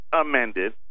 amended